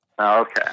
Okay